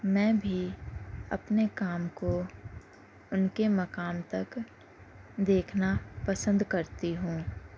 میں بھی اپنے کام کو ان کے مقام تک دیکھنا پسند کرتی ہوں